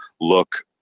look